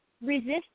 resist